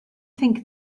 think